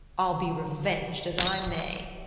i'll be revenged as i may.